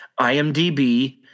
IMDB